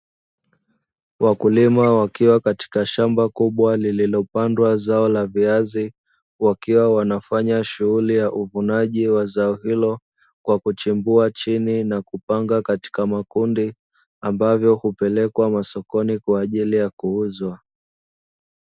Wakulima wakiwa katika shamba kubwa lililopandwa zao la viazi wakiwa wanafanya shughuli ya uvunaji wa zao hilo kwa kuchimbua chini na kupanga katika makundi ambavyo hupelekwa masokoni kwaajili yakuuzwa.